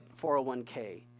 401k